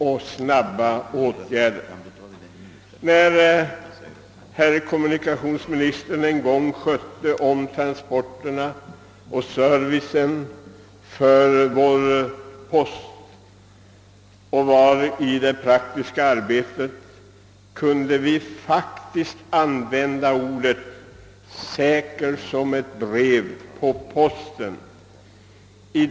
På den tid när kommunikationsministern i sitt praktiska arbete förestod transportoch serviceverksamhet inom vårt postväsende hade faktiskt orden säkert som ett brev på posten» en viss giltighet.